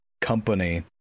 company